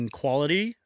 quality